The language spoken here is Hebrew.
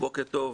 בוקר טוב.